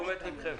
לתשומת לבכם.